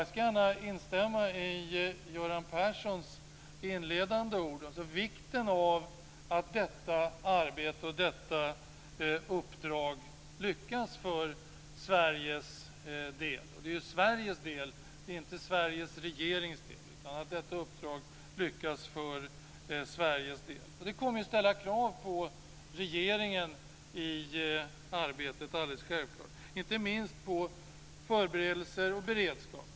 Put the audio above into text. Jag vill gärna instämma i Göran Perssons inledande ord om vikten av att detta uppdrag lyckas för Sveriges del. Det är ju en angelägenhet för Sveriges del, inte för den svenska regeringens del. Det kommer alldeles självklart att ställa krav på regeringen i arbetet. Det gäller inte minst förberedelser och beredskap.